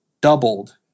doubled